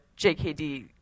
JKD